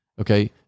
okay